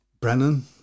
Brennan